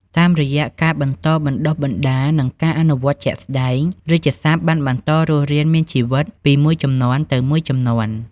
តាមរយៈការបន្តបណ្តុះបណ្តាល និងការអនុវត្តជាក់ស្តែង រាជសព្ទបានបន្តរស់រានមានជីវិតពីមួយជំនាន់ទៅមួយជំនាន់។